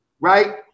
right